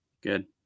Good